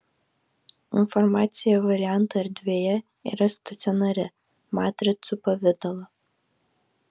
informacija variantų erdvėje yra stacionari matricų pavidalo